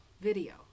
video